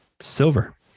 silver